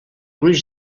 gruix